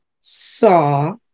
saw